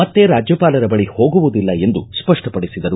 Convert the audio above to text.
ಮತ್ತೆ ರಾಜ್ಯಪಾಲರ ಬಳಿ ಹೋಗುವುದಿಲ್ಲ ಎಂದು ಸ್ಪಷ್ಟ ಪಡಿಸಿದರು